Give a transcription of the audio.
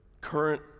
Current